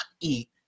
eat